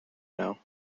know